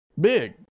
Big